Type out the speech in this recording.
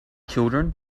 children